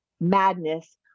madness